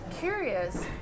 curious